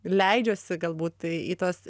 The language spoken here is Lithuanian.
leidžiuosi galbūt į tas